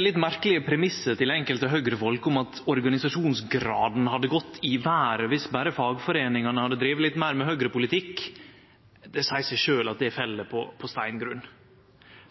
litt merkelege premissen til enkelte Høgre-folk er at organisasjonsgraden hadde gått i veret dersom berre fagforeiningane hadde drive litt meir med høgrepolitikk. Det seier seg sjølv at det fell på steingrunn.